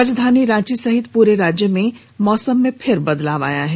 राजधानी रांची सहित पूरे राज्य में मौसम में फिर बदलाव हुआ है